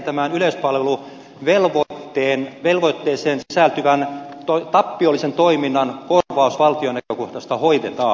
toinen on sitten se miten yleispalveluvelvoitteeseen sisältyvän tappiollisen toiminnan korvaus valtion näkökohdasta hoidetaan